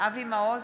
אבי מעוז,